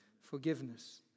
Forgiveness